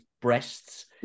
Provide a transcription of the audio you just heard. breasts